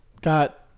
got